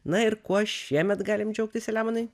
na ir kuo šiemet galim džiaugtis saliamonai